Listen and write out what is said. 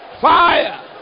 fire